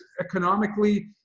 economically